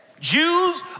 Jews